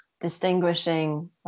distinguishing